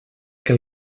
que